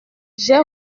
j’ai